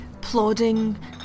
plodding